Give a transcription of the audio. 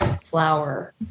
flower